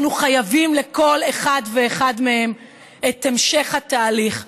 אנחנו חייבים לכל אחת ואחד מהם את המשך התהליך.